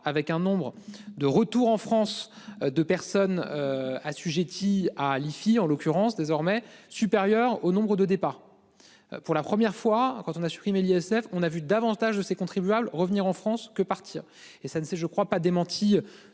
avec un nombre de retour en France de personnes. Assujettis à l'IFI, en l'occurrence désormais supérieur au nombre de départs. Pour la première fois quand on a supprimé l'ISF. On a vu davantage de ses contribuables revenir en France que partir et ça ne s'est, je ne crois pas démenti